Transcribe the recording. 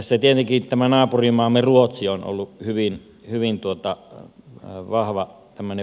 tässä tietenkin naapurimaamme ruotsi on ollut hyvin vahva vertailukohta